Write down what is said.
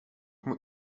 moet